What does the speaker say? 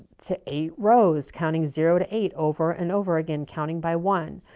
to eight rows counting zero to eight over and over again counting by one.